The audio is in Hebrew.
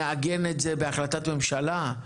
נעגן את זה בהחלטת ממשלה,